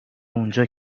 اونجا